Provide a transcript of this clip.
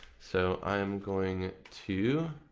so i'm going to